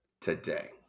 today